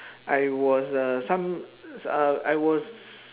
I was a some s~ uh I was